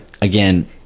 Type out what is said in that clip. again-